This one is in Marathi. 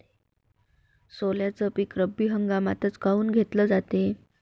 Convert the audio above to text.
सोल्याचं पीक रब्बी हंगामातच काऊन घेतलं जाते?